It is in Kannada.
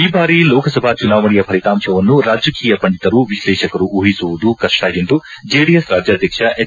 ಈ ಬಾರಿ ಲೋಕಸಭಾ ಚುನಾವಣೆಯ ಫಲಿತಾಂಶವನ್ನು ರಾಜಕೀಯ ಪಂಡಿತರು ವಿಶ್ಲೇಷಕರು ಊಹಿಸುವುದು ಕಷ್ಟ ಎಂದು ಜೆಡಿಎಸ್ ರಾಜ್ಯಾಧ್ಯಕ್ಷ ಹೆಚ್